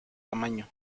tamaño